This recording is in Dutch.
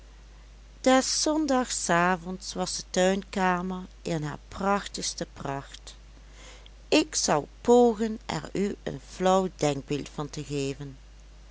des zondagsavonds was de tuinkamer in haar schitterendste pracht ik zal pogen er u een flauw denkbeeld van te geven